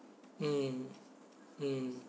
mm mm